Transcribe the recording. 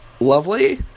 lovely